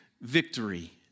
victory